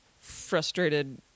frustrated